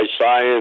science